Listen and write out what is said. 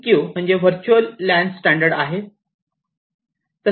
1Q virtual LAN standard आहे